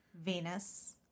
Venus